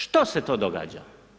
Što se to događa?